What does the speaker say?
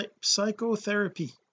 psychotherapy